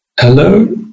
Hello